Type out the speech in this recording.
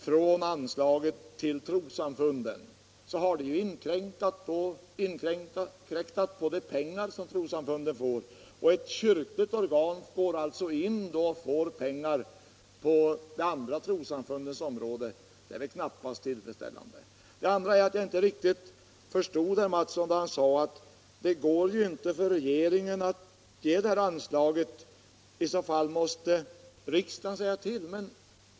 från anslaget till trossamfunden utbetalats så har det inkräktat på de pengar som trossamfunden skall ha och ett kyrkligt organ får pengar på de andra trossamfundens bekostnad. Det är knappast tillfredsställande. Jag förstod inte riktigt när herr Mattsson sade att regeringen inte kan bevilja det här anslaget utan att riksdagen i så fall måste säga till om det.